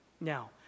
Now